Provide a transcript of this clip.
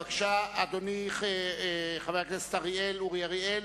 בבקשה, אדוני חבר הכנסת אורי אריאל,